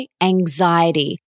anxiety